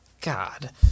God